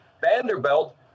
Vanderbilt